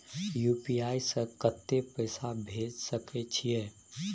UPI से कत्ते पैसा भेज सके छियै?